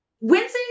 Wednesday